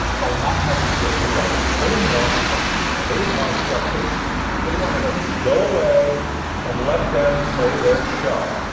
by not having to get rewrites. they didn't want rewrites any more. they didn't want to see our faces any and more! they wanted us to go away and let them play their show!